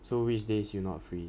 so which days you not free